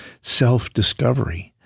self-discovery